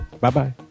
Bye-bye